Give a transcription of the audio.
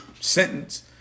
sentence